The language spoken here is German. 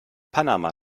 panama